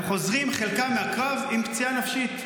הם חוזרים מהקרב, חלקם עם פציעה נפשית.